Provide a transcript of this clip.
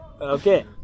Okay